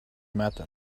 matter